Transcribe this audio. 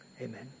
Amen